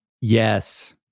Yes